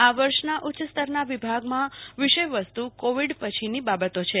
આ વર્ષના ઉચ્ચ સ્તરના વિભાગમાં વિષયવસ્તુ કોવિડ પછીની બાબતો છે